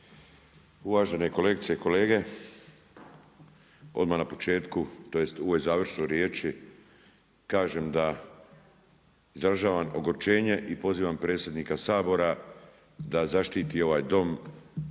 Uvažene kolegice i kolege, odmah na početku, tj. u ovoj završnoj riječi kažem da izražavam ogorčenje i pozivam predsjednika Sabora da zaštiti ovaj Dom i da